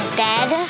bed